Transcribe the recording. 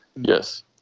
Yes